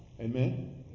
Amen